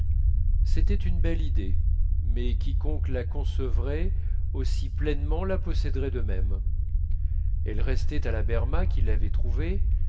c'était une belle idée mais quiconque la concevrait aussi pleinement la posséderait de même il restait à la berma qu'elle l'avait trouvée